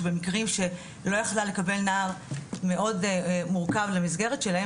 שבמקרים שלא יכלה לקבל נער מאוד מורכב למסגרת שלהם